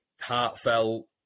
heartfelt